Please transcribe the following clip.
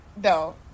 No